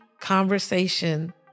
conversation